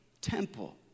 temple